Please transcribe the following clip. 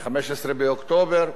ב-15 באוקטובר,